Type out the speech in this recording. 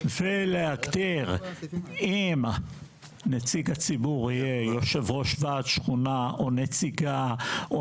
ולהגדיר אם נציג הציבור יהיה יושב-ראש ועד שכונה או נציגה או